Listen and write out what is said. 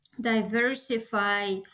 diversify